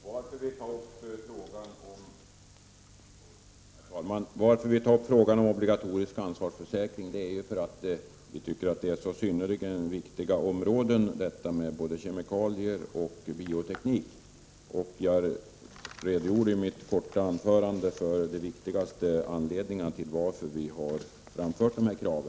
Herr talman! Anledningen till att vi tar upp frågan om obligatorisk ansvarsförsäkring är att vi anser såväl kemikalier som bioteknik vara så pass viktiga områden. I mitt korta anförande redogjorde jag för de viktigaste anledningarna till att vi har framfört dessa krav.